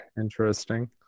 Interesting